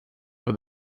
for